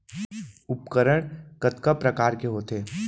उपकरण कतका प्रकार के होथे?